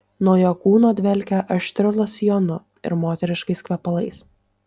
nuo jo kūno dvelkė aštriu losjonu ir moteriškais kvepalais